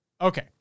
Okay